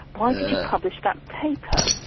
why did you publish that paper?